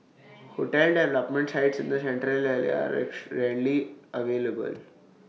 hotel development sites in the Central Area are rarely available